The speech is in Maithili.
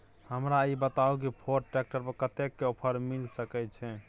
हमरा ई बताउ कि फोर्ड ट्रैक्टर पर कतेक के ऑफर मिलय सके छै?